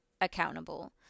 accountable